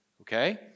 okay